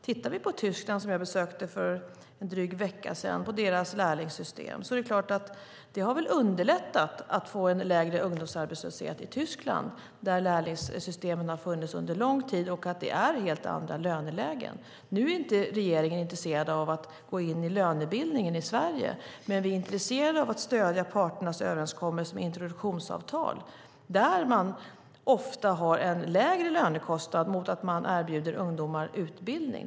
Vi kan titta på Tyskland som jag besökte för en dryg vecka sedan och deras lärlingssystem. Det har väl underlättat att få en lägre ungdomsarbetslöshet i Tyskland. Där har lärlingssystemen funnits under en lång tid, och det är helt andra lönelägen. Nu är inte regeringen inte intresserad av att gå in i lönebildningen i Sverige. Men vi är intresserade av att stödja parternas överenskommelse om introduktionsavtal. Där har man ofta en lägre lönekostnad mot att man erbjuder ungdomar utbildning.